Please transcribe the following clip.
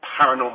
Paranormal